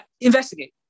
investigate